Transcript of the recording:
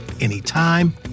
anytime